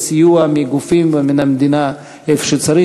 וסיוע מגופים ומהמדינה אם צריך.